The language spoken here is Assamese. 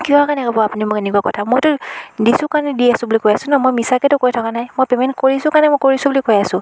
কিহৰ কাৰণে ক'ব আপুনি মোক এনেকুৱা কথা মইতো দিছোঁ কাৰণে দি আছোঁ বুলি কৈ আছো ন মই মিছাকৈতো কৈ থকা নাই মই পে'মেণ্ট কৰিছোঁ কাৰণে মই কৰিছোঁ বুলি কৈ আছো